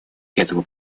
этого